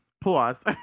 pause